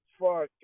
Fuck